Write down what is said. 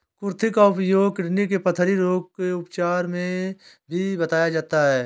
कुर्थी का उपयोग किडनी के पथरी रोग के उपचार में भी बताया जाता है